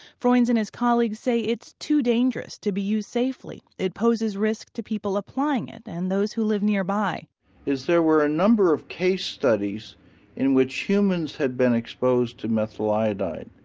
froines and his colleagues say it's too dangerous to be used safely it poses risk to people applying it and those who live nearby there were a number of case studies in which humans had been exposed to methyl iodide,